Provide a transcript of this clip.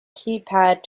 keypad